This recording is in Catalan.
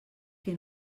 que